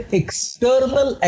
external